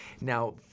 Now